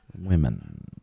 Women